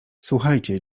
słuchajcie